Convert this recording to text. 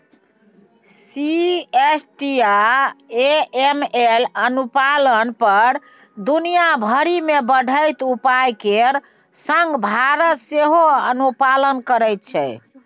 CFT आ AML अनुपालन पर दुनिया भरि मे बढ़ैत उपाय केर संग भारत सेहो अनुपालन करैत छै